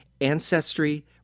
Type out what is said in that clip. ancestry